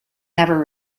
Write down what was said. never